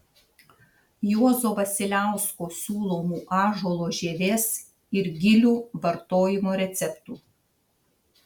juozo vasiliausko siūlomų ąžuolo žievės ir gilių vartojimo receptų